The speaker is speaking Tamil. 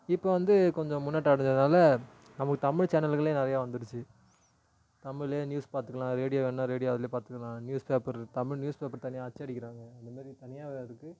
இப்போ வந்து கொஞ்சம் முன்னேற்றம் அடஞ்சதால் நமக்கு தமிழ் சேனல்களே நிறையா வந்துடுச்சி தமிழ்லேயே நியூஸ் பார்த்துக்கலாம் ரேடியோ வேணுன்னா ரேடியோ அதுலேயே பார்த்துக்கலாம் news paper Tamil news paper தனியாக அச்சடிக்கிறாங்க அது மாரி தனியாக இருக்குது